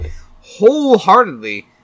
wholeheartedly